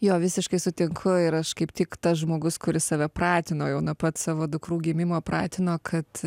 jo visiškai sutinku ir aš kaip tik tas žmogus kuris save pratino jau nuo pat savo dukrų gimimo pratino kad